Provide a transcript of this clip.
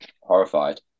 horrified